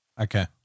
Okay